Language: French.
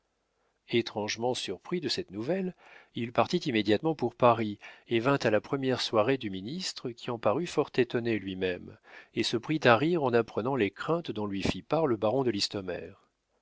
étrangement surpris de cette nouvelle il partit immédiatement pour paris et vint à la première soirée du ministre qui en parut fort étonné lui-même et se prit à rire en apprenant les craintes dont lui fit part le baron de listomère